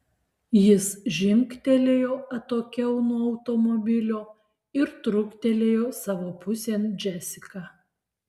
jis žingtelėjo atokiau nuo automobilio ir truktelėjo savo pusėn džesiką